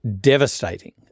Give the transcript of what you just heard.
devastating